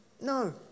No